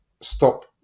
stop